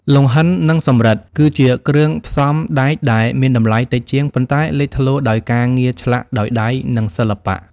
លង្ហិន និងសំរិទ្ធ គឺជាគ្រឿងផ្សំដែកដែលមានតម្លៃតិចជាង ប៉ុន្តែលេចធ្លោដោយការងារឆ្លាក់ដោយដៃ និងសិល្បៈ។